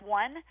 one